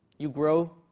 you grow,